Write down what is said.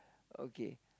okay